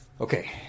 Okay